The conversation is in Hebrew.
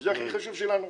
וזה הכי חשוב לנו.